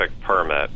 permit